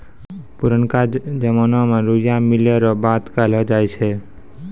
पुरनका जमाना मे रुइया मिलै रो बात कहलौ जाय छै